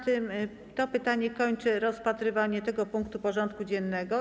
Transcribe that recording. To pytanie kończy rozpatrywanie tego punktu porządku dziennego.